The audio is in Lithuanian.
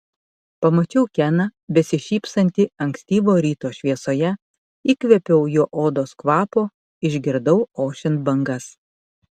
pamačiau keną besišypsantį ankstyvo ryto šviesoje įkvėpiau jo odos kvapo išgirdau ošiant bangas